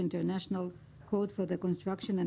"International Code for the Construction and